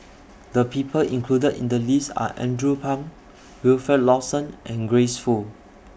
The People included in The list Are Andrew Phang Wilfed Lawson and Grace Fu